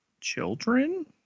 children